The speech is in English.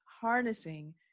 harnessing